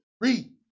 Read